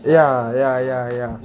ya ya ya ya